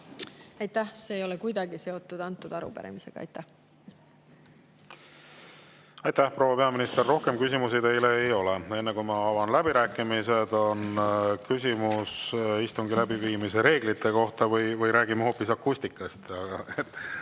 Aitäh! See ei ole kuidagi seotud antud arupärimisega. Aitäh, proua peaminister! Rohkem küsimusi teile ei ole. Enne kui ma avan läbirääkimised, on küsimus istungi läbiviimise reeglite kohta või räägime hoopis akustikast,